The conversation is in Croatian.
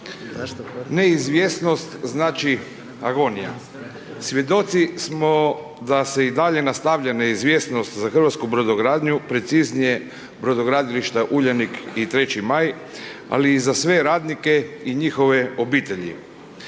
neizvjesnost znači agonija. Svjedoci smo da se i dalje nastavlja neizvjesnost za hrvatsku Brodogradnju, preciznije, Brodogradilišta Uljanik i 3. Maj, ali i za sve radnike i njihove obitelji.